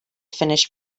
finished